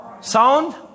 sound